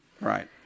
Right